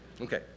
Okay